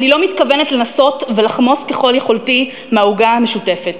אני לא מתכוונת לנסות ולחמוס ככל יכולתי מהעוגה המשותפת.